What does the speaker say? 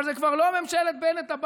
אבל זו כבר לא ממשלת בנט-עבאס,